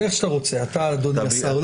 איך שאתה רוצה, אדוני השר.